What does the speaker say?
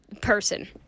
person